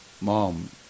mom